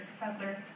professor